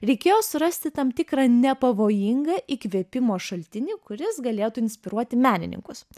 reikėjo surasti tam tikrą nepavojingą įkvėpimo šaltinį kuris galėtų inspiruoti menininkus